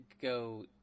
go